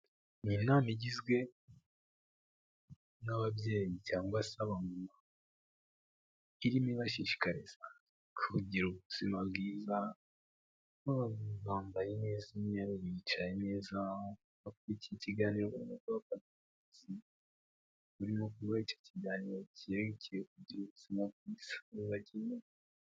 Ni inama igizwe n'ababyeyi cyangwa se abamama irimo ibashishikariza kugira ubuzima bwiza, bambaye neza imyeru, bicaye neza, bakurikiye ikiganiro muri sare. Icyo kiganiro cyerekeye ku rwibutso...